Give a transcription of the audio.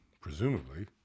presumably